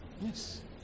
yes